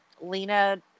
Lena